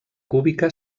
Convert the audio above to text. cúbica